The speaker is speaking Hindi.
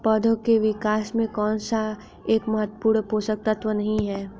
पौधों के विकास में कौन सा एक महत्वपूर्ण पोषक तत्व नहीं है?